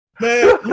Man